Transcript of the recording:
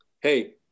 hey